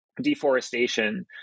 deforestation